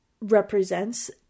represents